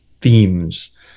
themes